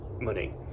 money